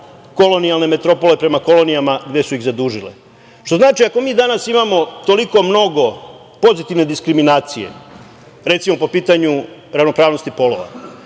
kolonijalne metropole prema kolonijama gde su iz zadužile, što znači ako mi danas imamo toliko mnogo pozitivne diskriminacije, recimo po pitanju ravnopravnosti polova,